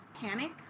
panic